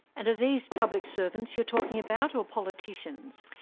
and are these public servants you're talking about or politicians?